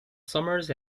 summers